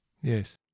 Yes